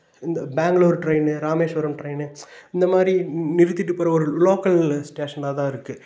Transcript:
இந்த பேங்ளூர் ட்ரெயின்னு ராமேஸ்வரம் ட்ரெயின்னு இந்த மாதிரி நிறுத்திட்டு போகிற லோக்கல் ஸ்டேஷனாகதான் இருக்குது